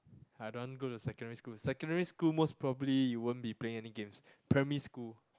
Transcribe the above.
I don't want go to secondary school secondary school most probably you won't be playing any games primary school